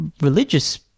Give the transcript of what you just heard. religious